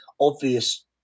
obvious